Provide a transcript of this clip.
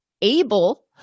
able